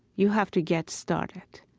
you have to get started.